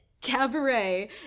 Cabaret